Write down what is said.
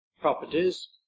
properties